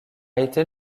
été